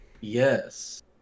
yes